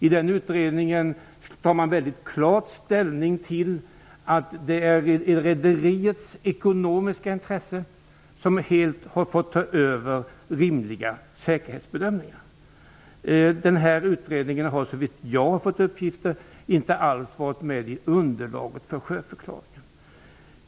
I den utredningen tar man mycket klart ställning och säger att det är rederiets ekonomiska intressen som helt har fått ta över framför rimliga säkerhetsbedömningar. Den här utredningen har, enligt de uppgifter jag har fått, inte alls varit med i underlaget för sjöförklaringen.